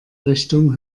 richtung